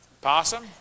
Possum